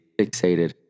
fixated